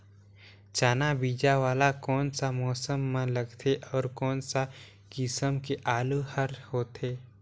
चाना बीजा वाला कोन सा मौसम म लगथे अउ कोन सा किसम के आलू हर होथे?